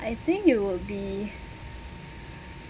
I think you will be